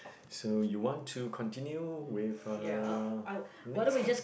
so you want to continue with uh next